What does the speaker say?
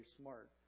smart